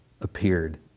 appeared